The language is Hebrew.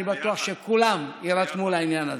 אני בטוח שכולם יירתמו לעניין הזה.